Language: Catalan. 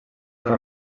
que